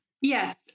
Yes